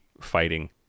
fighting